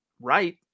right